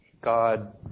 God